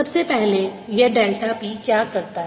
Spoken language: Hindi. सबसे पहले यह डेल्टा p क्या करता है